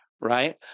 right